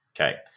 Okay